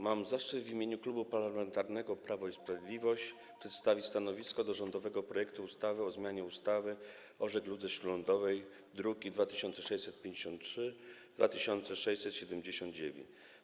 Mam zaszczyt w imieniu Klubu Parlamentarnego Prawo i Sprawiedliwość przedstawić stanowisko wobec rządowego projektu ustawy o zmianie ustawy o żegludze śródlądowej, druki nr 2653 i 2679.